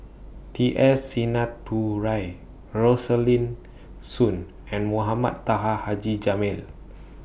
T S Sinnathuray Rosaline Soon and Mohamed Taha Haji Jamil